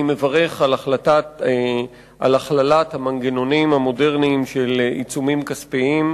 אני מברך על הכללת המנגנונים המודרניים של עיצומים כספיים,